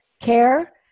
care